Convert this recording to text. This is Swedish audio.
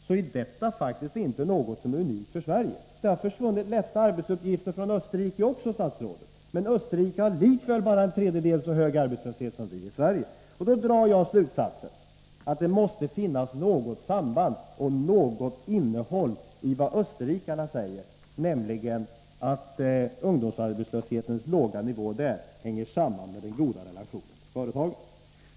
Men det är faktiskt inte något som är unikt för Sverige. Lätta arbetsuppgifter har försvunnit också från Österrike, men ungdomsarbetslösheten är där ändå bara en tredjedel av den som vi har i Sverige. Jag drar den slutsatsen att det måste ligga något i vad österrikarna säger, nämligen att ungdomsarbetslöshetens låga nivå i Österrike hänger samman med den goda relationen till företagen.